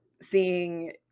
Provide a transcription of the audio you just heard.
seeing